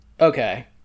Okay